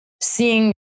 seeing